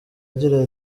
agira